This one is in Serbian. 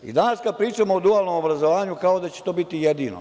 Danas kada pričamo o dualnom obrazovanju to je kao da će to biti jedino.